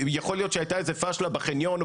יכול להיות שהייתה איזה פשלה בחניון או